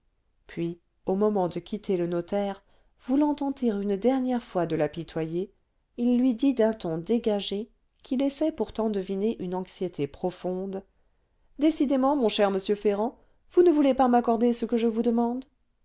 puis au moment de quitter le notaire voulant tenter une dernière fois de l'apitoyer il lui dit d'un ton dégagé qui laissait pourtant deviner une anxiété profonde décidément mon cher monsieur ferrand vous ne voulez pas m'accorder ce que je vous demande